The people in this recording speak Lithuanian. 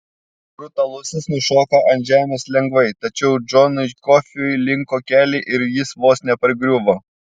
brutalusis nušoko ant žemės lengvai tačiau džonui kofiui linko keliai ir jis vos nepargriuvo